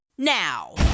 Now